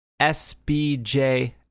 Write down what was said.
sbj